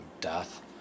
death